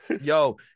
yo